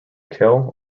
kill